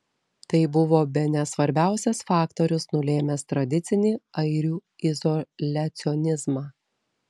tai buvo bene svarbiausias faktorius nulėmęs tradicinį airių izoliacionizmą